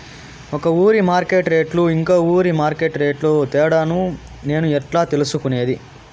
ఒక ఊరి మార్కెట్ రేట్లు ఇంకో ఊరి మార్కెట్ రేట్లు తేడాను నేను ఎట్లా తెలుసుకునేది?